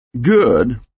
good